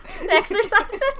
exercises